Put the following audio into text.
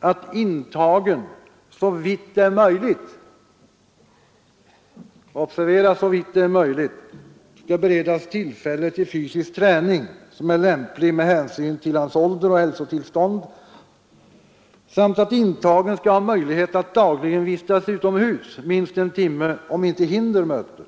att intagen såvitt det är möjligt skall beredas tillfälle till fysisk träning som är lämplig med hänsyn till hans ålder och hälsotillstånd samt att intagen skall ha möjlighet att dagligen vistas utomhus minst en timme, om inte hinder möter.